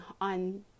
on